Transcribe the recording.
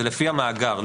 זה לפי המאגר.